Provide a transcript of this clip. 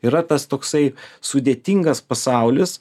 yra tas toksai sudėtingas pasaulis